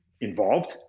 involved